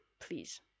Please